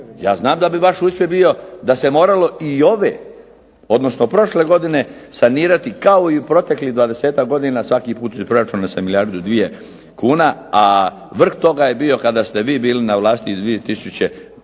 Ja znam da bi vaš uspjeh bio da se moralo i ove, odnosno prošle godine sanirati kao i u proteklih 20-tak godinu, svaki put iz proračuna sa milijardu, dvije kuna, a vrh toga je bio kada ste vi bili na vlasti 2001.